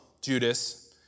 Judas